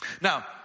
Now